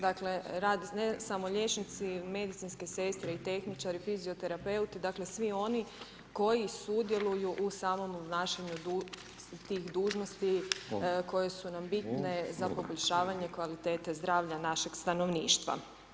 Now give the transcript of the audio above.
Dakle, ne samo liječnici, medicinske sestre i tehničari, fizioterapeuti, dakle svi oni koji sudjeluju u samom obnašanju tih dužnosti koje su nam bitne za poboljšavanje kvalitete zdravlja našeg stanovništva.